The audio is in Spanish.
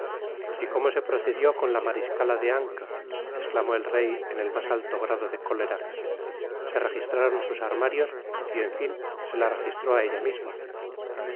y cómo se procedió con la mariscala de ancre esclamó el rey en el mas alto grado de cólera se registraron sus anuarios y en fin se la registró á ella misma